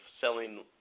selling